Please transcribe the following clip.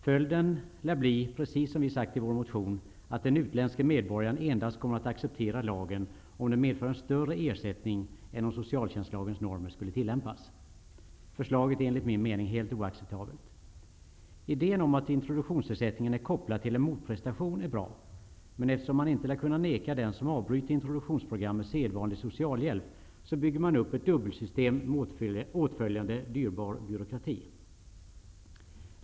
Följden lär bli precis som vi sagt i vår motion, nämligen att den utländske medborgaren endast kommer att acceptera lagen om den medför en större ersättning än om socialtjänstlagens normer skulle tillämpas. Förslaget är enligt min mening helt oacceptabelt. Idén om att introduktionsersättningen är kopplad till en motprestation är bra. Men efterstom man inte lär kunna neka den som avbryter introduktionsprogrammet sedvanlig socialhjälp, bygger man upp ett dubbelsystem med åtföljande dyrbar byråkrati.